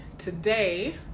today